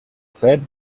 said